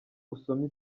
usomye